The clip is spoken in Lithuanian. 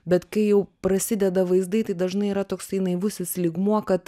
bet kai jau prasideda vaizdai tai dažnai yra toksai naivusis lygmuo kad